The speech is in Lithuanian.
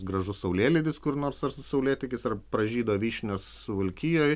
gražus saulėlydis kur nors ar saulėtekis ar pražydo vyšnios suvalkijoj